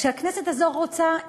כשהכנסת הזו רוצה,